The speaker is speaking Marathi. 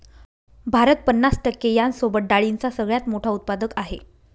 भारत पन्नास टक्के यांसोबत डाळींचा सगळ्यात मोठा उत्पादक आहे